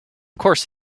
course